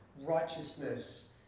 righteousness